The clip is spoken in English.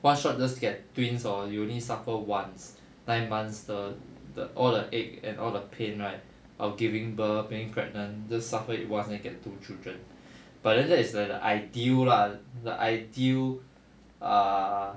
one shot just get twins hor you only suffer once nine months the the all the ache and all the pain right of giving birth being pregnant just suffer it once then get two children but then that is the ideal lah the ideal err